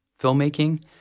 filmmaking